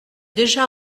déjà